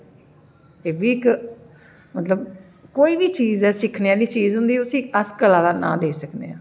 एह् बी इक मतलब कोई बी चीज ऐ सिक्खने आह्ली चीज होंदी उसी अस कला दा नांऽ देई सकने